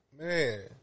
man